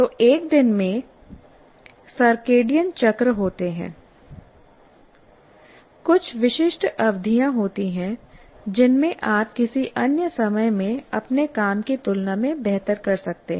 तो एक दिन में सर्कैडियन चक्र होते हैं कुछ विशिष्ट अवधियाँ होती हैं जिनमें आप किसी अन्य समय में अपने काम की तुलना में बेहतर कर सकते हैं